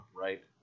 right